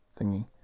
Thingy